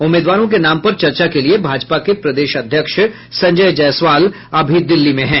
उम्मीदवारों के नाम पर चर्चा के लिए भाजपा के प्रदेश अध्यक्ष संजय जायसवाल अभी दिल्ली में हैं